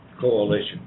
coalition